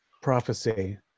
prophecy